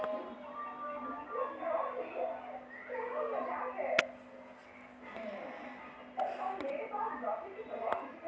चना बर कइसन मौसम बने हवय?